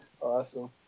Awesome